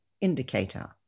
indicator